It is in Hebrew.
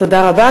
תודה רבה.